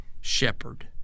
shepherd